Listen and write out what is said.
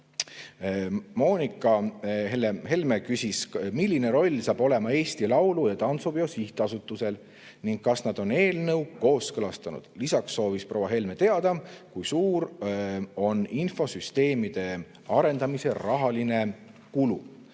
Helle-Moonika Helme küsis, milline roll saab olema Eesti Laulu‑ ja Tantsupeo Sihtasutusel ning kas nad on eelnõu kooskõlastanud. Lisaks soovis proua Helme teada, kui suur on infosüsteemide arendamise rahaline kulu.